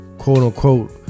quote-unquote